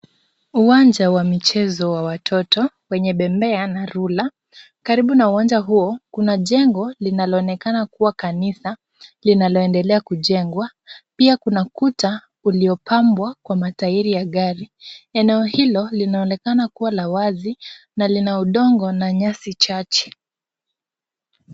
Uwanja wa michezo wa watoto wenye bembea na ruler . Karibu na uwanja huo kuna jengo linaloonekana kuwa kanisa linaloendelea kujengwa. Pia kuna kuta uliopambwa kwa matairi ya gari, eneo hilo linaonekana kuwa la wazi na lina udongo na nyasi chache.